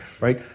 right